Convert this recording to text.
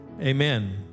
Amen